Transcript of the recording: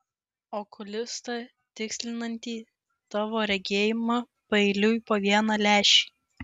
okulistą tikslinantį tavo regėjimą paeiliui po vieną lęšį